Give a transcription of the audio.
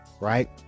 right